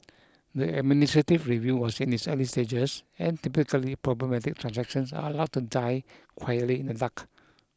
the administrative review was in its early stages and typically problematic transactions are allowed to die quietly in the dark